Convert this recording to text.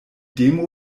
demo